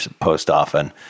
post-often